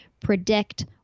predict